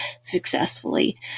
successfully